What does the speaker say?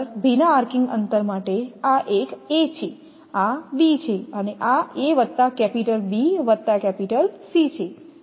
ભીના આર્કિંગ અંતર માટે આ એક A છે આ B છે અને આ A વત્તા કેપિટલ B વત્તા કેપિટલ C છે